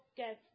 get